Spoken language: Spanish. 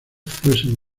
fuesen